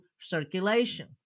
circulation